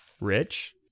rich